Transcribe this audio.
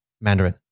Mandarin